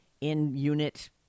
in-unit